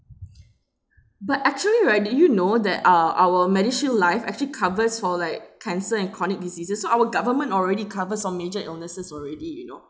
but actually right did you know that uh our medishield life actually covers for like cancer and chronic diseases so our government already covers on major illnesses already you know